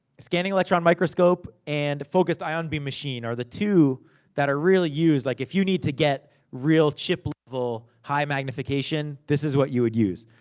scanning electron microscope, and a focused ion beam machine are the two that are really used. like if you need to get real chip level, high magnification, this is what you would use.